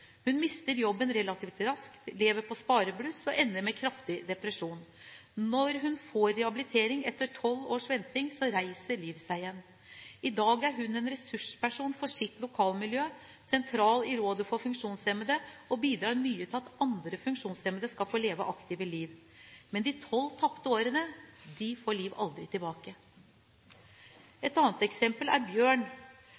Hun mister jobben relativt raskt, lever på sparebluss og ender med en kraftig depresjon. Når hun får rehabilitering etter tolv års venting, reiser Liv seg igjen. I dag er hun en ressursperson for sitt lokalmiljø, hun er sentral i Rådet for funksjonshemmede og bidrar mye til at andre funksjonshemmede skal få leve aktive liv. Men de tolv tapte årene får Liv aldri tilbake.